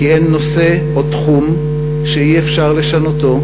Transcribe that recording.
כי אין נושא או תחום שאי-אפשר לשנותו,